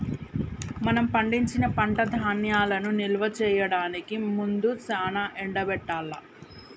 మనం పండించిన పంట ధాన్యాలను నిల్వ చేయడానికి ముందు సానా ఎండబెట్టాల్ల